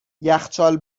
یخچال